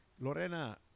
Lorena